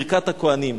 ברכת הכוהנים.